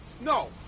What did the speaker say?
no